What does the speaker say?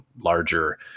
larger